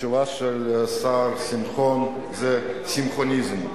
התשובה של השר שמחון היא "שמחוניזם",